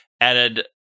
added